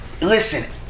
listen